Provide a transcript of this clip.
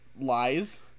lies